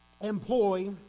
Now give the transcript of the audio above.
Employ